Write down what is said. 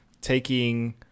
taking